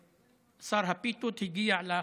כאשר שר הפיתות הגיע לחפ"ק.